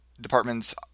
departments